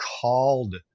called